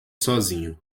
sozinho